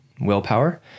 willpower